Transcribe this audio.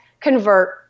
convert